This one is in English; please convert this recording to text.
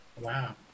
Wow